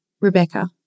Rebecca